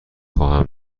خواهم